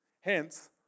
hence